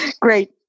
great